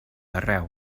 arreu